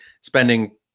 spending